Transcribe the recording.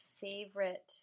favorite